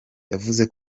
yavuze